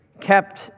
kept